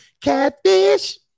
catfish